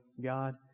God